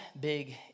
big